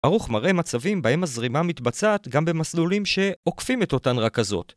ארוך מראה מצבים בהם הזרימה מתבצעת גם במסלולים שעוקפים את אותן רכזות.